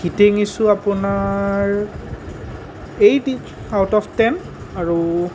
heating issue আপোনাৰ eight out of ten আৰু